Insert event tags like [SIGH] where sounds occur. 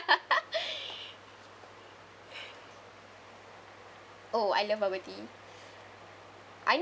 [LAUGHS] oh I love bubble tea I